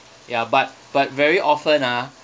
ya but but very often ah